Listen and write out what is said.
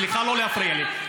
סליחה, לא להפריע לי.